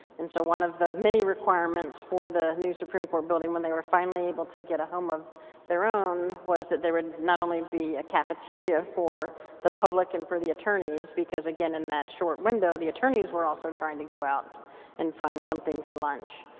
and so one of the many requirements for the new supreme court when they were finally able to get a home of their own, was that there would not only be a cafeteria for the public and for the attorneys, because again in that short window the attorneys were also trying to go out and find something for lunch.